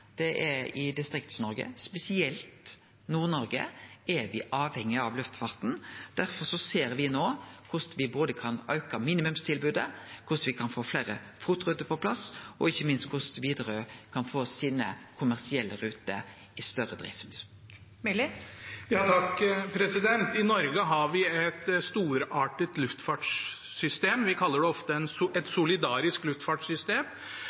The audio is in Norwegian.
luftfarten. Derfor ser me no på korleis me kan auke minimumstilbodet, korleis me kan få fleire FOT-ruter på plass, og ikkje minst korleis Widerøe kan få sine kommersielle ruter i drift i større grad. I Norge har vi et storartet luftfartssystem. Vi kaller det ofte